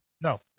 no